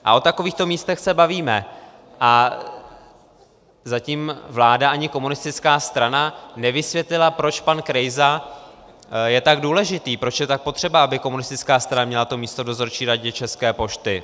A o takovýchto místech se bavíme a zatím vláda ani komunistická strana nevysvětlily, proč pan Krejsa je tak důležitý, proč je tak potřeba, aby komunistická strana měla to místo v dozorčí radě České pošty.